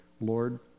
lord